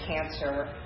cancer